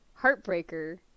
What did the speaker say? Heartbreaker